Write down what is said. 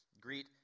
Greet